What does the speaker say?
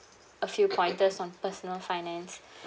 a few pointers on personal finance